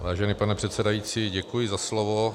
Vážený pane předsedající, děkuji za slovo.